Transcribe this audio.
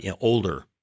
older